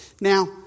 Now